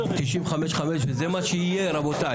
וזה מה שיהיה רבותי,